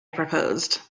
proposed